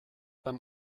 beim